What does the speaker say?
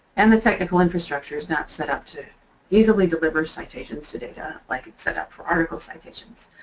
and the technical infrastructure is not set up too easily deliver citations to data like it's set up for article citations.